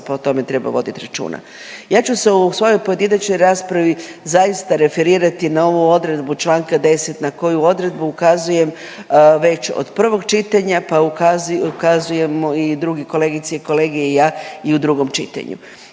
pa o tome treba vodit računa. Ja ću se u svojoj pojedinačnoj raspravi zaista referirati na ovu odredbu čl. 10. na koju odredbu ukazujem već od prvog čitanja, pa ukazujemo i drugi kolegice i kolege i ja i u drugom čitanju,